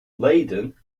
leiden